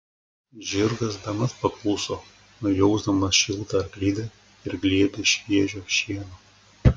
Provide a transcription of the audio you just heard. žirgas bemat pakluso nujausdamas šiltą arklidę ir glėbį šviežio šieno